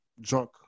drunk